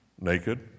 Naked